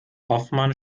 hoffmann